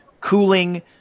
cooling